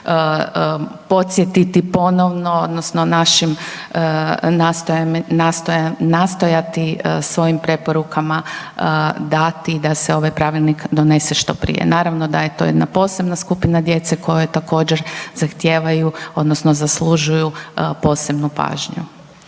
da ćemo podsjetiti ponovno odnosno našim nastojati svojim preporukama dati da se ovaj Pravilnik donese što prije. Naravno da je to jedna posebna skupina djece koja također zahtijevaju odnosno zaslužuju posebnu pažnju.